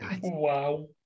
Wow